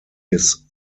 his